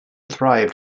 thrived